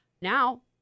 now